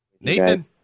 nathan